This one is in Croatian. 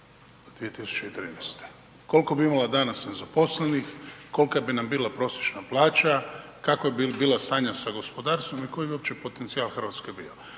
EU 2013.? Koliko bi imala danas nezaposlenih, kolika bi nam bila prosječna plaća, kakvo bi bilo stanje sa gospodarstvo i koji bi uopće potencijal Hrvatske bio?